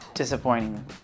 Disappointing